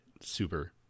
super